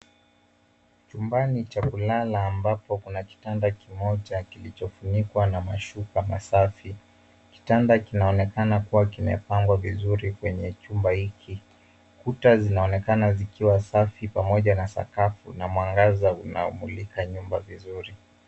Chumbani cha kulala ambapo kuna kitanda kimoja kilichofunikwa na mashuka masafi. Kitanda kinaonekana kuwa kimepangwa vizuri kwenye chumba hiki. Kuta zinaonekana zikiwa safi pamoja na sakafu na mwangaza unaomulika nyumba vizuri.